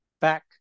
back